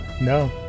No